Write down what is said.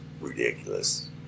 ridiculous